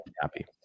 happy